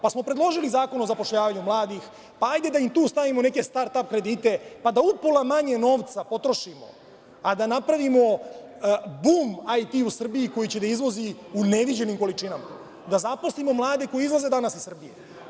Pa smo predložili zakon o zapošljavanju mladih, pa hajde da im tu stavimo neke start-ap kredite, pa da upola manje novca potrošimo, a da napravimo bum IT u Srbiji, koji će da izvozi u neviđenim količinama, da zaposlimo mlade koji izlaze danas iz Srbije.